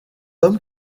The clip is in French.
homme